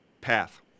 path